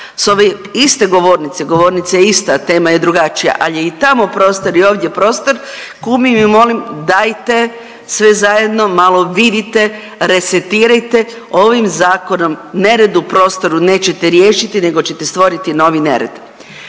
sa ove iste govornice, govornica je ista, a tema je drugačija, ali je i tamo prostor i ovdje je prostor kumim i molim dajte sve zajedno malo vidite, resetirajte ovim zakonom nered u prostoru nećete riješiti nego ćete stvoriti novi nered.